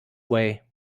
way